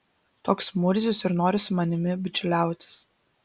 toks murzius ir nori su manimi bičiuliautis